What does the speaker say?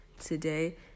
today